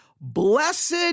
Blessed